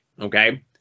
Okay